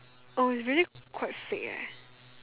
oh is really quite fake eh